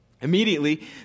Immediately